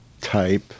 type